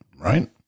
right